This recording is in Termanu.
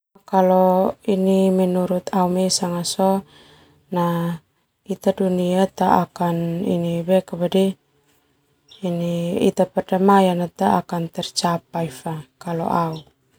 Kalau menurut au ita dunia perdamaian ta akan tercapai fa.